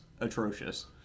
atrocious